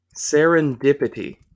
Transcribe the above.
Serendipity